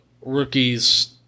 rookies